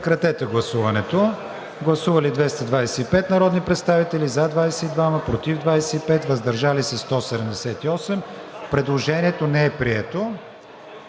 завършва на 240. Гласували 225 народни представители: за 22, против 25, въздържали се 178. Предложението не е прието.